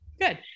Good